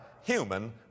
human